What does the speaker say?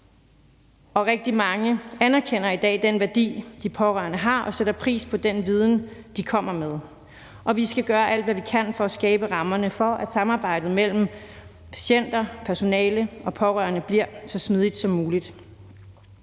og rigtig mange anerkender i dag den værdi, de pårørende har, og sætter pris på den viden, de kommer med. Vi skal gøre alt, hvad kan, for at skabe rammerne for, at samarbejdet mellem patienter, personale og pårørende bliver så smidigt som muligt.